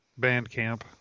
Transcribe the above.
Bandcamp